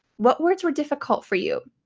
what words were difficult for you?